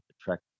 attract